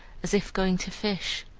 as if going to fish.